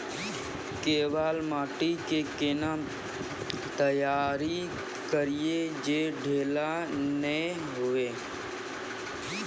केवाल माटी के कैना तैयारी करिए जे ढेला नैय हुए?